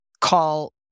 call